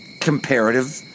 comparative